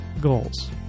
goals